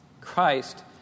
Christ